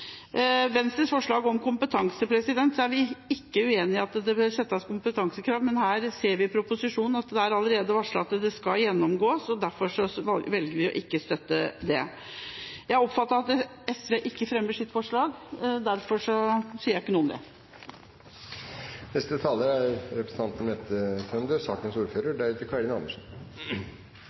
Venstres forslag om kompetanse, i sak nr. 8, er vi ikke uenige i at det bør settes kompetansekrav, men her ser vi i proposisjonen at det allerede er varslet at det skal gjennomgås, og derfor velger vi ikke å støtte det. Jeg oppfattet at SV ikke fremmer forslag, derfor sier jeg ikke noe om det. Det er med undring jeg lytter til forslagene som går ut på å utsette reformen. Representanten